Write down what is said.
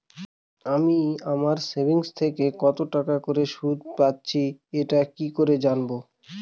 আমি আমার সেভিংস থেকে কতটাকা করে সুদ পাচ্ছি এটা কি করে জানব?